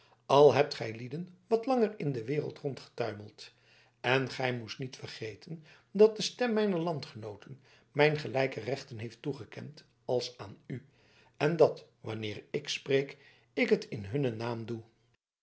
al hebt gijlieden wat langer in de wereld rondgetuimeld en gij moest niet vergeten dat de stem mijner landgenooten mij gelijke rechten heeft toegekend als aan u en dat wanneer ik spreek ik het in hunnen naam doe